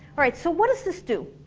alright so what does this do?